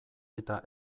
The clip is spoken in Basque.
eta